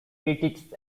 critics